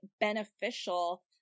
beneficial